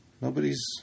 Nobody's